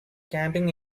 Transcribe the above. camping